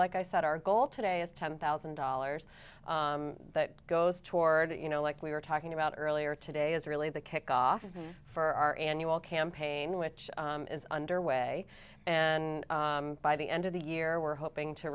like i said our goal today is ten thousand dollars that goes toward you know like we were talking about earlier today is really the kickoff for our annual campaign which is underway and by the end of the year we're hoping to